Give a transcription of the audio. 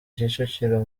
kicukiro